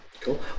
cool